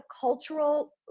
cultural